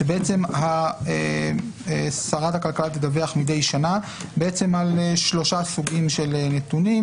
שבעצם שרת הכלכלה תדווח מדי שנה על ארבעה סוגים של נתונים,